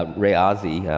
ah ray ozzie,